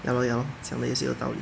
ya lor ya lor 讲得也是有道理